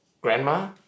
grandma